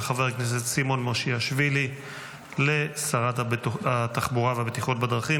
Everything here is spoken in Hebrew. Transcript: של חבר הכנסת סימון מושיאשוילי לשרת התחבורה והבטיחות בדרכים,